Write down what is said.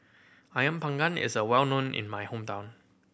Ayam Panggang is a well known in my hometown